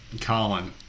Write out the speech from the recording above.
Colin